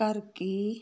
ਕਰਕੇ